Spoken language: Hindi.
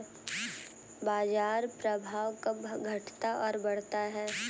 बाजार प्रभाव कब घटता और बढ़ता है?